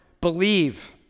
believe